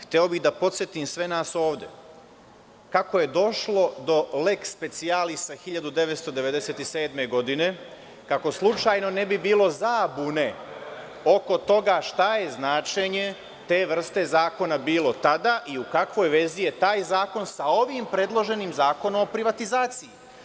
Hteo bih da podsetim sve nas ovde kako je došlo do leks specijalisa 1997. godine, kako slučajno ne bi bilo zabune oko toga šta je značenje te vrste zakona bilo tada i u kakvoj vezi je taj zakon sa ovim predloženim zakonom o privatizaciji.